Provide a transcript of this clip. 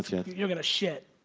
yet. you're gonna shit.